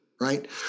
right